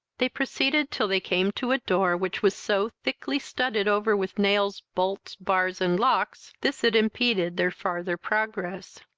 they proceeded till they came to a door which was so thickly studded over with nails, bolts, bars, and locks, this it impeded their farther progress.